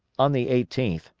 on the eighteenth,